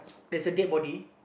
there's a dead body